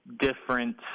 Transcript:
different